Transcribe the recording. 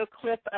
clip